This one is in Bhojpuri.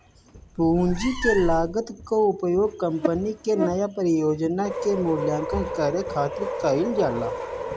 पूंजी के लागत कअ उपयोग कंपनी के नया परियोजना के मूल्यांकन करे खातिर कईल जाला